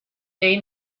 bay